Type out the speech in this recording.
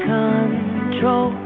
control